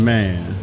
man